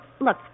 Look